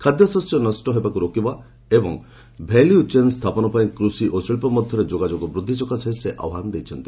ଖାଦ୍ୟଶସ୍ୟ ନଷ୍ଟ ହେବାକୁ ରୋକିବା ଓ ଭାଲ୍ୟୁଚେନ ସ୍ଥାପନ ପାଇଁ କୃଷି ଓ ଶିଳ୍ପ ମଧ୍ୟରେ ଯୋଗାଯୋଗ ବୃଦ୍ଧି ସକାଶେ ସେ ଆହ୍ୱାନ ଦେଇଛନ୍ତି